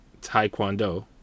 Taekwondo